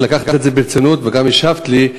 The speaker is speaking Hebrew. תודה שלקחת את זה ברצינות וגם השבת לי,